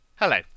Hello